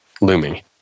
looming